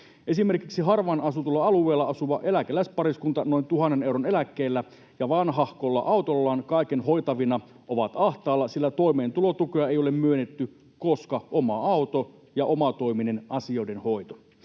Esimerkiksi harvaan asutulla alueella asuva eläkeläispariskunta noin tuhannen euron eläkkeellä ja vanhahkolla autollaan kaiken hoitavina on ahtaalla, sillä toimeentulotukea ei ole myönnetty, koska oma auto ja omatoiminen asioiden hoito.